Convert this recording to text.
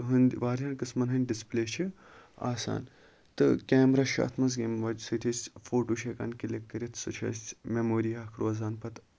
ہٕندۍ واریاہ قٕسمَن ہِندۍ ڈِسپِلے چھِ آسان تہٕ کیمرا چھُ اَتھ منٛز ییٚمہِ وجہ سۭتۍ أسۍ فوٹو چھِ ہٮ۪کان کِلِک کٔرِتھ سُہ چھُ اَسہِ میموری اکھ روزان پَتہٕ